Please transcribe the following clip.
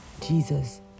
Jesus